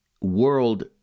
world